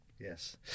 Yes